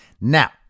Now